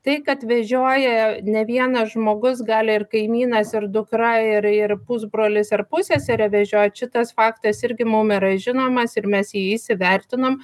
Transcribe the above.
tai kad vežioja ne vienas žmogus gali ir kaimynas ir dukra ir ir pusbrolis ir pusseserė vežiot šitas faktas irgi mum yra žinomas ir mes jį įsivertinom